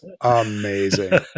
amazing